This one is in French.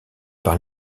par